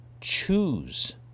choose